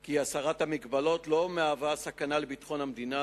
כי הסרת המגבלות לא מהווה סכנה לביטחון המדינה.